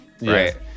Right